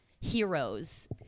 heroes